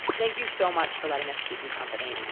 thank you so much for letting us keep you company.